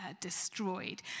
destroyed